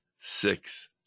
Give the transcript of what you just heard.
six